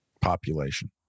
population